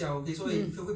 mm